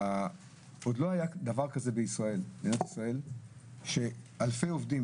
עוד לא היה דבר כזה במדינת ישראל שאלפי עובדים